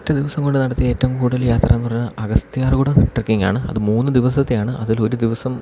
ഒറ്റ ദിവസം കൊണ്ട് നടത്തിയ ഏറ്റവും കൂടുതൽ യാത്ര എന്ന് പറഞ്ഞാൽ അഗസ്ത്യാർകൂടം ട്രെക്കിങ്ങാണ് അത് മൂന്ന് ദിവസത്തെയാണ് അതിലൊരു ദിവസം